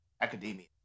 Academia